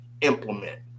implement